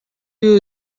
view